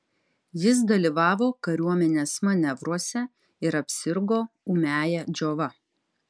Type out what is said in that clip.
jis dalyvavo kariuomenės manevruose ir apsirgo ūmiąja džiova